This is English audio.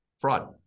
fraud